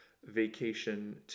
vacation